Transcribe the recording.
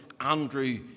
Andrew